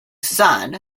son